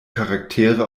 charaktere